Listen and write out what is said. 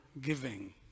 giving